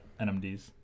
NMDs